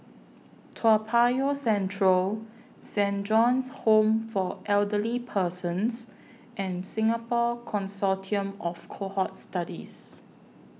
Toa Payoh Central Saint John's Home For Elderly Persons and Singapore Consortium of Cohort Studies